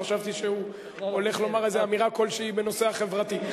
חשבתי שהוא הולך לומר איזו אמירה כלשהי בנושא החברתי.